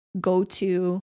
go-to